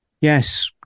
Yes